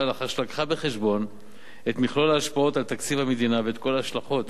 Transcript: לאחר שהביאה בחשבון את מכלול ההשפעות על תקציב המדינה ואת כל ההשלכות